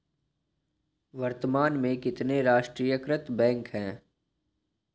वर्तमान में कितने राष्ट्रीयकृत बैंक है?